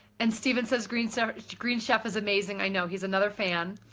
and stephen says green so green chef is amazing. i know he's another fan.